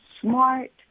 smart